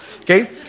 Okay